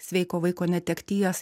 sveiko vaiko netekties